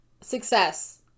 Success